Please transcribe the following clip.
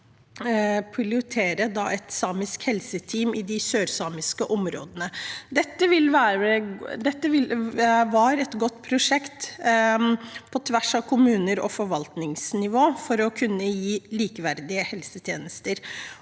pilotere et samisk helseteam i de sørsamiske områdene. Det var et godt prosjekt på tvers av kommuner og forvaltningsnivå for å kunne gi likeverdige helsetjenester